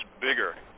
bigger